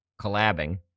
collabing